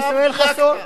זה ישראל חסון.